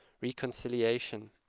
reconciliation